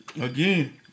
again